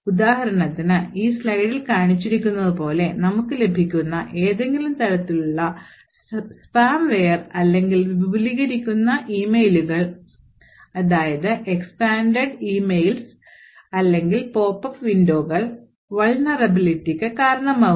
ഉദാഹരണത്തിന് ഈ സ്ലൈഡിൽ കാണിച്ചിരിക്കുന്നതുപോലെ നമുക്ക് ലഭിക്കുന്ന ഏതെങ്കിലും തരത്തിലുള്ള സ്പാംവെയർ അല്ലെങ്കിൽ വിപുലീകരിക്കുന്ന ഇമെയിലുകൾ അല്ലെങ്കിൽ പോപ്പ് അപ്പ് വിൻഡോകൾ vulnerabilityക്ക് കാരണമാകുന്നു